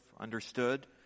understood